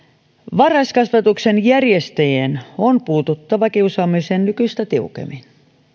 varhaiskasvatuksen järjestäjien on puututtava kiusaamiseen nykyistä tiukemmin